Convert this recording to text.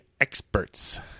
experts